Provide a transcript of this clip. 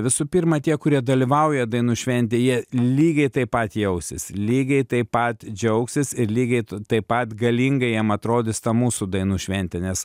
visų pirma tie kurie dalyvauja dainų šventėj jie lygiai taip pat jausis lygiai taip pat džiaugsis ir lygiai taip pat galingai jiem atrodys ta mūsų dainų šventė nes